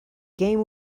game